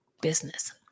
business